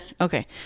okay